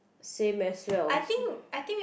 same as well